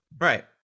Right